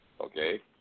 Okay